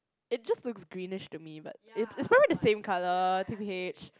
it just looks greenish to me but it's it's probably the same colour T_B_H